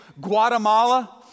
Guatemala